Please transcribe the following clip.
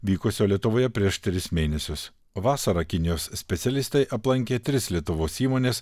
vykusio lietuvoje prieš tris mėnesius vasarą kinijos specialistai aplankė tris lietuvos įmones